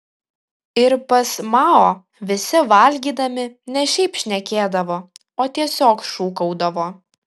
ir pas mao visi valgydami ne šiaip šnekėdavo o tiesiog šūkaudavo